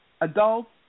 adults